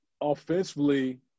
offensively